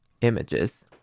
images